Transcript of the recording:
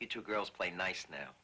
you two girls play nice now